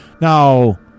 Now